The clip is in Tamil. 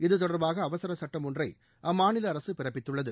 இதுதொடர்பாக அவசரச் சட்டம் ஒன்றை அம்மாநில அரசு பிறப்பித்துள்ளது